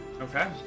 Okay